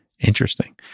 Interesting